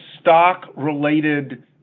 stock-related